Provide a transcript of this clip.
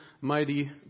mighty